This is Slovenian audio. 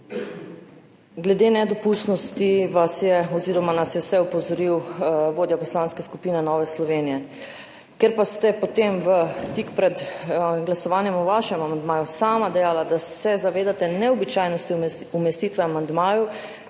Glede nedopustnosti vas je oziroma nas je vse opozoril vodja Poslanske skupine Nova Slovenija. Ker pa ste potem tik pred glasovanjem o svojem amandmaju sami dejali, da se zavedate neobičajnosti umestitve amandmajev,